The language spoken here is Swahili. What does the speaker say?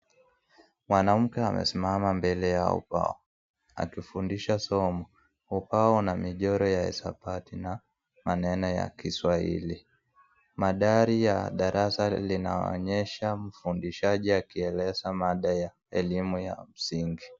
Mwanamke amesimama mbele ya ubao, akifundisha somo. Ubao una michoro ya hisabati na maneno ya kiswahili. Mandhari ya darasa inaonyesha mfundishaji akieleza mada ya elimu ya msingi.